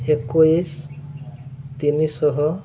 ଏକୋଇଶି ତିନିଶହ